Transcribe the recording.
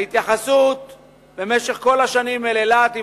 ההתייחסות במשך כל השנים אל אילת היא